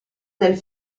del